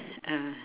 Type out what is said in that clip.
ah